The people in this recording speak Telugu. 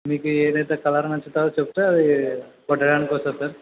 మీకు ఏదైతే కలర్ నచ్చుతుందో చెప్తే కొట్టడానికి వస్తా సార్